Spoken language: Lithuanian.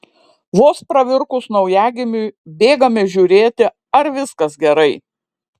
vos pravirkus naujagimiui bėgame žiūrėti ar viskas gerai